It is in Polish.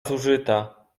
zużyta